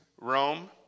Rome